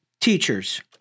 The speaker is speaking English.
teachers